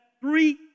three